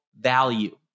value